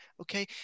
Okay